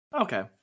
Okay